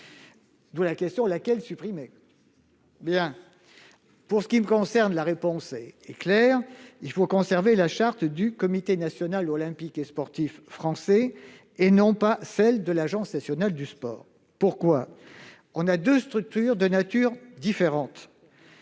une. Mais laquelle ? Pour ce qui me concerne, la réponse est claire : il faut conserver la charte du Comité national olympique et sportif français et non celle de l'Agence nationale du sport. Pourquoi ? Ces deux structures sont de nature différente.